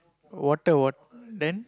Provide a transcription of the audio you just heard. water wat~ then